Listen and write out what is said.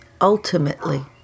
ultimately